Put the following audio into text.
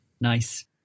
nice